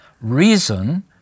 Reason